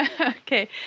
Okay